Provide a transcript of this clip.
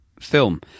film